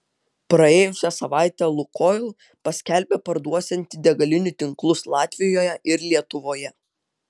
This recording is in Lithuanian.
praėjusią savaitę lukoil paskelbė parduosianti degalinių tinklus latvijoje ir lietuvoje